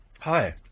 Hi